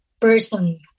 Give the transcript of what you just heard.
person